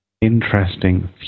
interesting